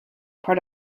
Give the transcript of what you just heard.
part